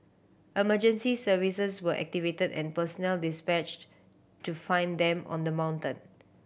emergency services were activated and personnel dispatched to find them on the mountain